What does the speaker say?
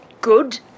good